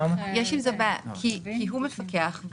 הוא מפקח.